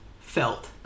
felt